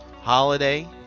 holiday